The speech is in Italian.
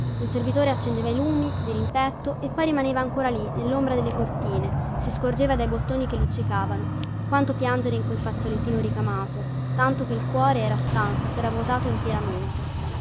il servitore accendeva i lumi dirimpetto e poi rimaneva ancora lì nellombra delle cortine si scorgeva dai bottoni che luccicavano quanto piangere in quel fazzolettino ricamato tanto che il cuore era stanco e sera vuotato intieramente